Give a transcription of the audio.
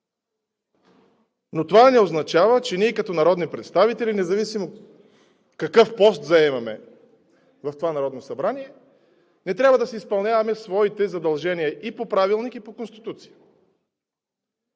Но това не означава, че ние като народни представители, независимо какъв пост заемаме в това Народно събрание, не трябва да си изпълняваме задълженията и по Правилник, и по Конституция.